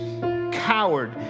coward